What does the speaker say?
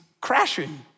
crashing